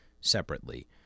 separately